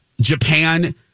Japan